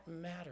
matter